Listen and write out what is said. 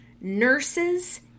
nurses